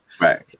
right